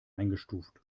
eingestuft